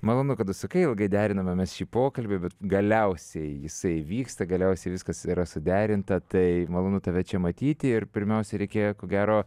malonu kad užsukai ilgai derinome mes šį pokalbį bet galiausiai jisai vyksta galiausiai viskas yra suderinta tai malonu tave čia matyti ir pirmiausia reikėjo ko gero